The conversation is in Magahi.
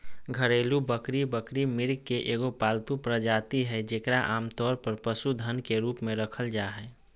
घरेलू बकरी बकरी, मृग के एगो पालतू प्रजाति हइ जेकरा आमतौर पर पशुधन के रूप में रखल जा हइ